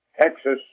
Texas